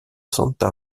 santa